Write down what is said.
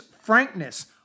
frankness